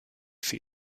für